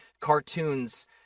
cartoons